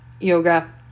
Yoga